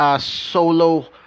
solo